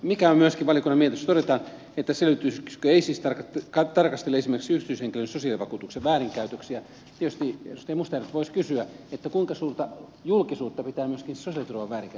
se myös että valiokunnan mietinnössä todetaan että selvitysyksikkö ei siis tarkastele esimerkiksi yksityishenkilön sosiaalietuuksien väärinkäytöksiä tietysti edustaja mustajärveltä voisi kysyä kuinka suurta julkisuutta pitää myöskin sosiaaliturvan väärinkäytösten saada